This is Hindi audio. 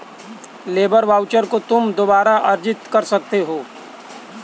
लेबर वाउचर को तुम दोबारा अर्जित कर सकते हो